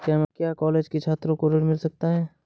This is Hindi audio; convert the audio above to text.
क्या कॉलेज के छात्रो को ऋण मिल सकता है?